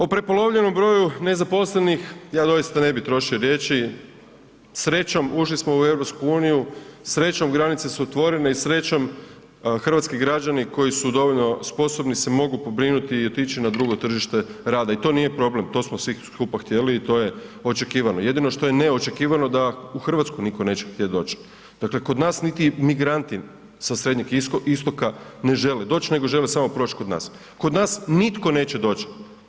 O prepolovljenom broju nezaposlenih ja doista ne bi trošio riječi, srećom ušli smo u EU, srećom granice su otvorene i srećom hrvatski građani koji su dovoljno sposobni se mogu pobrinuti i otići na drugo tržište rada i to nije problem, to smo svi skupa htjeli i to je očekivano, jedino što je neočekivano da u RH nitko neće htjet doć, dakle kod nas niti migranti sa Srednjeg Istoka ne žele doć, nego žele samo proć kod nas, kod nas nitko neće doć.